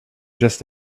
just